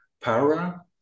para